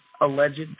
alleged